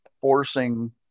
forcing